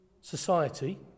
society